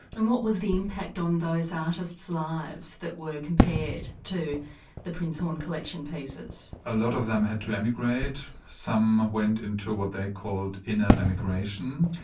and what was the impact on those artists' lives that were compared to the prinzhorn collection pieces? a lot of them had to emigrate, some went into what they called inner emigration,